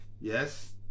yes